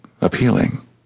appealing